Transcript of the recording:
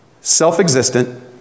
self-existent